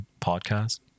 podcast